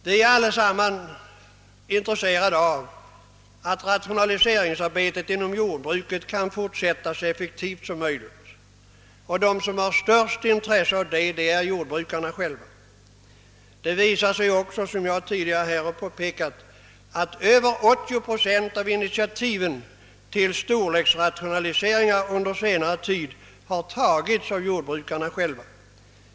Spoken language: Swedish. Vi är alla intresserade av att rationaliseringsarbetet inom jordbruket kan fortsätta så effektivt som möjligt. De som har det största intresset av detta är jordbrukarna själva. Det visar sig också, som jag tidigare påpekade, att över 80 procent av initiativen till storleksrationaliseringar under senare tid har tagits av jordbrukarna själva.